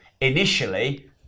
initially